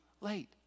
late